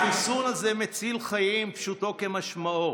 החיסון הזה מציל חיים, פשוטו כמשמעו.